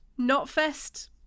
NotFest